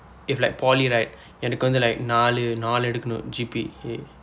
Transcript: if like poly right எனக்கு வந்து:enakku vandthu like நாலு நாலு எடுக்கனும்:naalu naalu edukkanum G_P_A